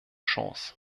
chance